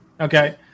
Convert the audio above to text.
okay